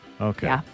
Okay